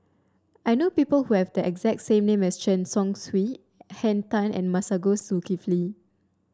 I know people who have the exact name as Chen Chong Swee Henn Tan and Masagos Zulkifli